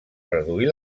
reduir